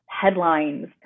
headlines